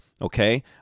Okay